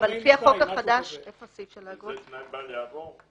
אבל לפי החוק החדש --- זה תנאי בל יעבור?